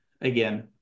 again